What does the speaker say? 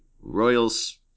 Royals